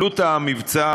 עלות המבצע